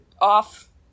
off